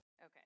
Okay